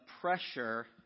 pressure